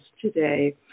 today